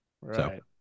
Right